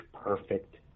perfect